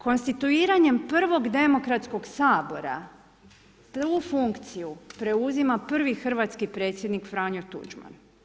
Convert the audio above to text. Konstituiranjem prvog demokratskog Sabora tu funkciju preuzima prvi hrvatski predsjednik Franjo Tuđman.